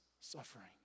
suffering